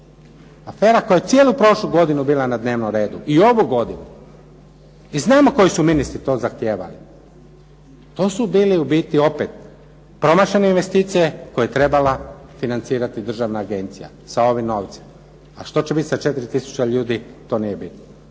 Afera koja je cijelu prošlu godinu bila na dnevnom redu i ovu godinu i znamo koji su ministri to zahtijevali. To su bili u biti opet promašene investicije koje je trebala financirati državna agencija sa ovim novcem, a što će biti sa 4000 ljudi to nije bitno.